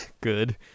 Good